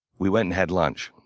we went and had lunch.